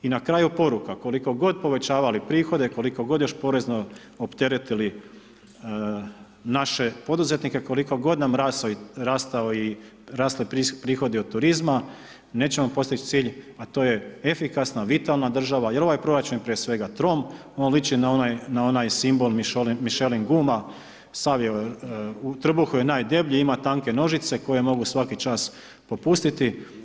I na kraju poruka, koliko god povećavali prihode, koliko god još porezno opteretili naše poduzetnike, koliko god nam rasli i prihodi od turizma, nećemo postići cilj a to je efikasna, vitalna država jer ovaj proračun je prije svega trom, on liči na onaj simbol Michelin guma, sav je, u trbuhu je najdeblji, ima tanke nožice koje mogu svaki čas popustiti.